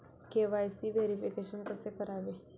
KYC verification कसे करावे?